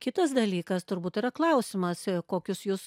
kitas dalykas turbūt yra klausimas kokius jūs